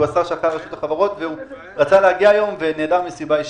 הוא רצה להגיע היום ונעדר מסיבה אישית.